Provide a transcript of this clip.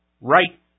right